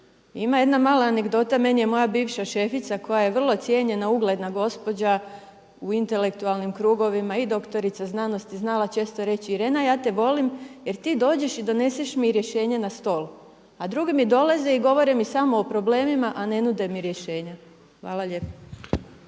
Ima jedna mala anegdota, meni je moja bivša šefica koja je vrlo cijenjena i ugledna gospođa u intelektualnim krugovima i doktorica znanosti znala često reći Irena ja te volim jer ti dođeš i doneseš mi rješenje na stol, a drugi mi dolaze i govore mi samo o problemima, a ne nude mi rješenja. Hvala lijepo.